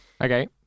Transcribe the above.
Okay